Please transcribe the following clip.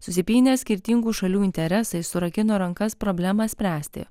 susipynę skirtingų šalių interesai surakino rankas problemą spręsti